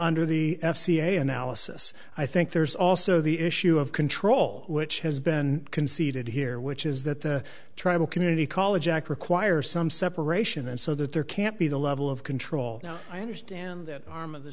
under the f c a analysis i think there's also the issue of control which has been conceded here which is that the tribal community college act requires some separation and so that there can't be the level of control i understand that arm of the